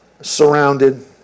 surrounded